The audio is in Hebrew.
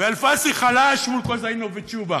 אלפסי חלש מול כוזהינוף ותשובה.